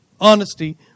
honesty